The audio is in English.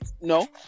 no